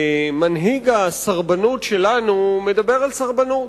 מנהיג הסרבנות שלנו מדבר על סרבנות,